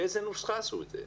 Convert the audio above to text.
ולפי איזו נוסחה עשו את זה.